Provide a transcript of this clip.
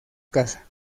casa